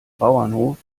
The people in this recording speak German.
bauernhof